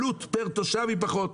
עלות פר תושב היא פחות.